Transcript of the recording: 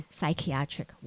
Psychiatric